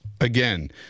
again